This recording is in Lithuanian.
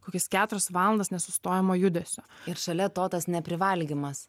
kokias keturias valandas nesustojamo judesio ir šalia to tas neprivalgymas